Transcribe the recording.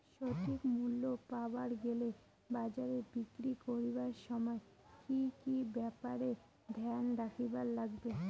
সঠিক মূল্য পাবার গেলে বাজারে বিক্রি করিবার সময় কি কি ব্যাপার এ ধ্যান রাখিবার লাগবে?